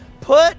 Put